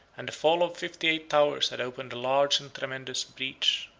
and the fall of fifty-eight towers had opened a large and tremendous breach.